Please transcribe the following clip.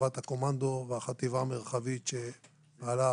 חטיבת הקומנדו והחטיבה המרחבית שסביב